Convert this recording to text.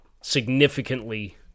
significantly